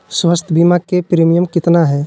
स्वास्थ बीमा के प्रिमियम कितना है?